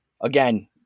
Again